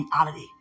reality